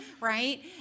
Right